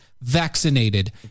vaccinated